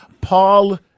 Paul